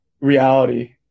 reality